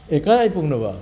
ए कहाँ आइपुग्नु भयो